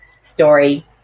story